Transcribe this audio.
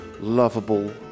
lovable